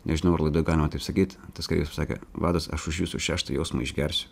nežinau ar galima taip sakyt tas kareivis pasakė vadas aš už jūsų šeštą jausmą išgersiu